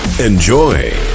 Enjoy